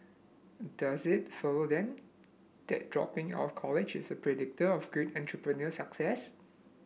does it follow then that dropping out of college is a predictor of great entrepreneurial success